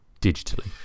digitally